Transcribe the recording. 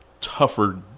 tougher